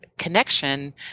connection